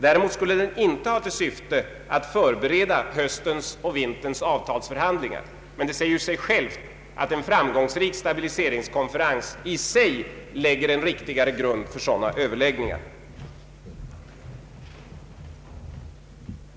Däremot skulle den inte ha till syfte att förbereda höstens och vinterns avtalsförhandlingar, men det säger sig självt att en framgångsrik stabiliseringskonferens i sig lägger en riktigare grund för sådana överläggningar.